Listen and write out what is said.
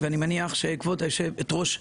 ואני מניח שגם כבוד יושבת הראש,